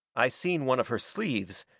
i seen one of her sleeves,